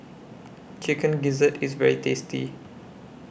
Chicken Gizzard IS very tasty